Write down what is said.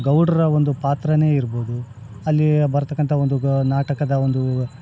ಗೌಡರ ಒಂದು ಪಾತ್ರವೇ ಇರಬೌದು ಅಲ್ಲೀ ಬರ್ತಕ್ಕಂಥ ಒಂದು ನಾಟಕದ ಒಂದು